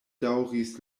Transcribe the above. daŭris